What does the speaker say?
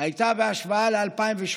הייתה בהשוואה ל-2018,